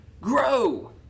grow